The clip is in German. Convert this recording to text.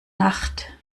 nacht